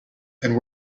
and